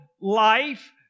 life